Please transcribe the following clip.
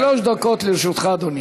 שלוש דקות לרשותך, אדוני.